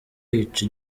yica